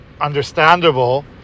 understandable